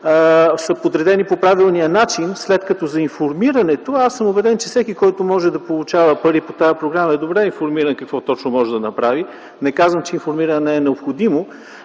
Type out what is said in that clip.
са подредени по правилния начин, след като за информирането, а аз съм убеден, че всеки, който може да получава пари по тази програма, е добре информиран какво точно може да направи - не казвам, че не е необходимо